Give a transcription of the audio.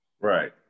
right